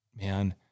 man